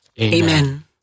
Amen